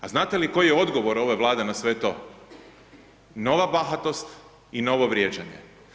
A znate li koji je odgovor ove Vlade na sve to, nova bahatost i novo vrijeđanje.